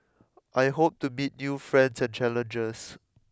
I hope to meet new friends and challenges